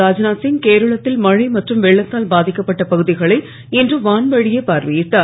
ராத்நாத்சிங் கேரளத்தில் மழை மற்றும் வெள்ளத்தால் பாதிக்கப்பட்ட பகுதிகளை இன்று வான்வழியே பார்வையிட்டார்